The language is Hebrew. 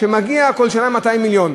כל שנה 200 מיליון.